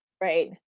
right